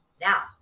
Now